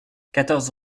quatorze